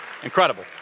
Incredible